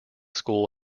school